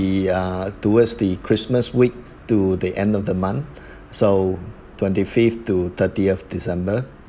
the ah towards the christmas week to the end of the month so twenty fifth to thirtieth december